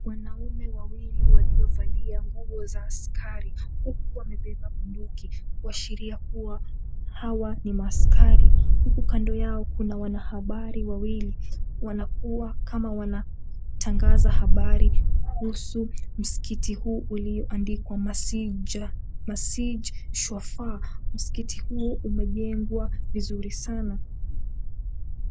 Wanaume wawili waliovalia nguo za askari huku wamebeba bunduki kuashiria kuwa hawa ni maaskari, huku kando yao kuna wanahabari wawili wanakua kama wanatangaza habari kuhusu msikiti huu ulioandikwa Masjid Swafaa. Msikiti huu umejengwa vizuri sana.